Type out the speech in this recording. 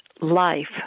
life